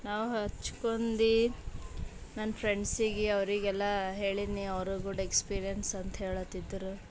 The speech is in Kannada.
ನಾವು ಹಚ್ಕೊಂಡು ನನ್ನ ಫ್ರೆಂಡ್ಸಿಗೆ ಅವರಿಗೆಲ್ಲ ಹೇಳಿದ್ನಿ ಅವರು ಗುಡ್ ಎಕ್ಸ್ಪೀರಿಯನ್ಸ್ ಅಂತ ಹೇಳತ್ತಿದ್ರು